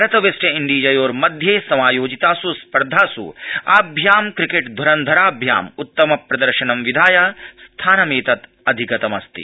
भारत वेस्टइंडाजयोर्मध्ये सद्यः समायोजितास् स्पर्धास् आभ्यां क्रिकेट ध्रन्धराभ्याम् उत्तम प्र र्शनं विधाय स्थानमेतद अधिगतमस्ति